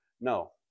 No